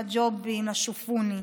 לג'ובים ולשופוני.